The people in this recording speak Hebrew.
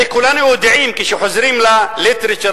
הרי כולנו יודעים שכשחוזרים ל"literature",